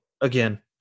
Again